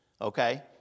okay